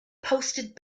posted